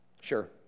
Sure